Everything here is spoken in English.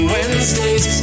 Wednesdays